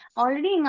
already